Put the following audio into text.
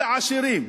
את העשירים,